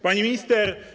Pani Minister!